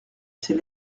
ses